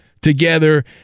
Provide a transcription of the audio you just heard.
together